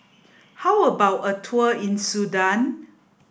how about a tour in Sudan